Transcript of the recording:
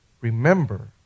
remember